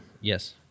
Yes